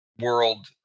world